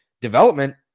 development